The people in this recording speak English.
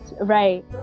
Right